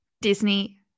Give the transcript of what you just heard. Disney